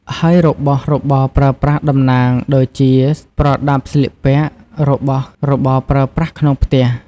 ហើយរបស់របរប្រើប្រាស់តំណាង ដូចជា ប្រដាប់ស្លៀកពាក់ របស់របរប្រើប្រាស់ក្នុងផ្ទះ។